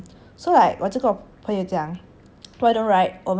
why don't right 我们今天早点睡 right then 然后明天早上